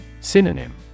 Synonym